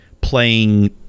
playing